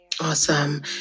Awesome